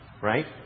right